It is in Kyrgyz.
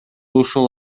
ушул